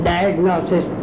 Diagnosis